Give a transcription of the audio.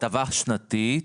הטבה שנתית,